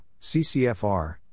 CCFR